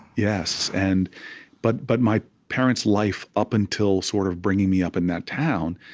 yes. and but but my parents' life, up until sort of bringing me up in that town,